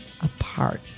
Apart